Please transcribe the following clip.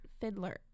fiddler